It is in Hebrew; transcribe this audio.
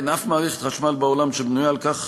אין אף מערכת חשמל בעולם שבנויה על כך